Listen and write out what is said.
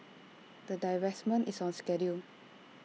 the divestment is on schedule